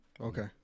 Okay